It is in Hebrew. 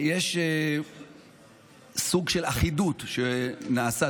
סוג של אחידות שנעשית,